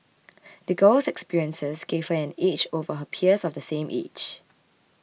the girl's experiences gave her an edge over her peers of the same age